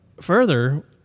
further